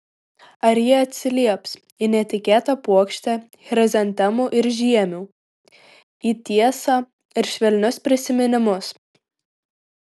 ar ji atsilieps į netikėtą puokštę chrizantemų ir žiemių į tiesą ir švelnius prisiminimus